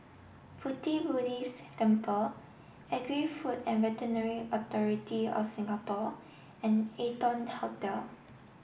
Pu Ti Buddhist Temple Agri Food and Veterinary Authority of Singapore and Arton Hotel